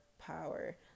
power